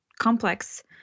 complex